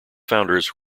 founders